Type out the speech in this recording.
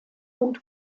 und